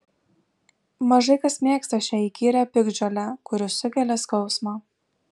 mažai kas mėgsta šią įkyrią piktžolę kuri sukelia skausmą